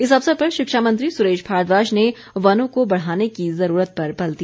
इस अवसर पर शिक्षा मंत्री सुरेश भारद्वाज ने वनों को बढ़ाने की जरूरत पर बल दिया